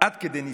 עד כדי נישואים.